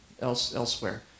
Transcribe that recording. elsewhere